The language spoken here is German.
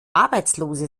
arbeitslose